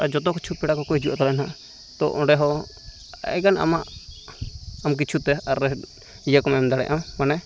ᱟᱨ ᱡᱚᱛᱚ ᱠᱤᱪᱷᱩ ᱯᱮᱲᱟᱠᱚ ᱦᱤᱡᱩᱜ ᱛᱟᱞᱮᱭᱟ ᱱᱟᱦᱟᱜ ᱛᱳ ᱚᱸᱰᱮᱦᱚᱸ ᱟᱢᱟᱜ ᱟᱢ ᱠᱤᱪᱷᱩᱛᱮ ᱤᱭᱟᱹᱠᱚᱢ ᱮᱢ ᱫᱟᱲᱮᱜᱼᱟ ᱢᱟᱱᱮ